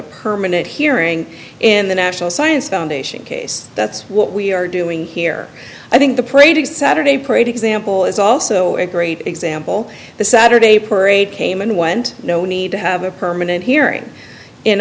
a permanent hearing in the national science foundation case that's what we are doing here i think the prating saturday parade example is also a great example the saturday parade came in one and no need to have a permanent hearing in